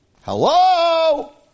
Hello